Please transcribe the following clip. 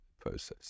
process